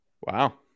Wow